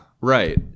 right